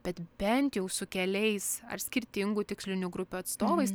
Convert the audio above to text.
bet bent jau su keliais ar skirtingų tikslinių grupių atstovais